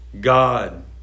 God